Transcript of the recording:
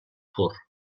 pur